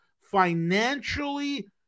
financially